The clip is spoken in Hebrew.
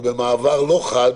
ובמעבר לא חד,